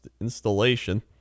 installation